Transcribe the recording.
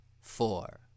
four